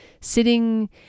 sitting